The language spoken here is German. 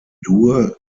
dur